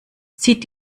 zieht